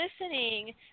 listening